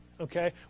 okay